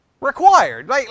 required